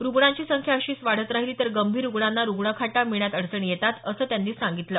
रुग्णांची संख्या अशीच वाढत राहिली तर गंभीर रुग्णांना रुग्णखाटा मिळण्यात अडचणी येतात असं त्यांनी सांगितलं